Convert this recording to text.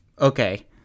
Okay